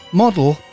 model